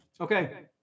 Okay